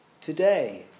today